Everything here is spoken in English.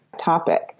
topic